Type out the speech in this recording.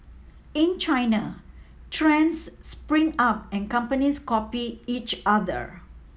in China trends spring up and companies copy each other